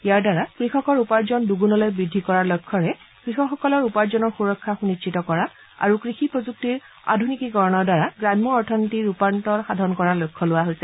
ইয়াৰ দ্বাৰা কৃষকৰ উপাৰ্জন দুগুণলৈ বৃদ্ধি কৰাৰ লক্ষ্যৰে কৃষকসকলৰ উপাৰ্জনৰ সুৰক্ষা সুনিশ্চিত কৰা আৰু কৃষি প্ৰযুক্তিৰ আধুনিকীকৰণৰ দ্বাৰা গ্ৰাম্য অথনীতিৰ ৰূপান্তৰ সাধন কৰাৰ লক্ষ্য লোৱা হৈছে